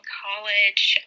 college